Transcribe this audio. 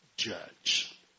judge